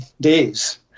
days